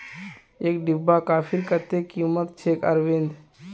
एक डिब्बा कॉफीर कत्ते कीमत छेक अरविंद